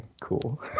cool